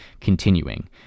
continuing